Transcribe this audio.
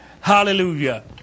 Hallelujah